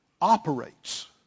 operates